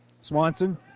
Swanson